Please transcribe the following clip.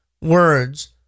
words